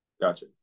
Gotcha